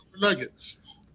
Nuggets